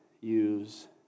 use